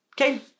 Okay